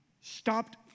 stopped